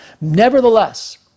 Nevertheless